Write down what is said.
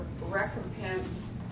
recompense